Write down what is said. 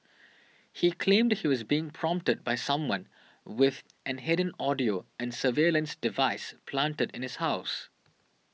he claimed he was being prompted by someone with an hidden audio and surveillance device planted in his house